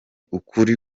ukuri